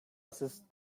assist